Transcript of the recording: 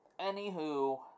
Anywho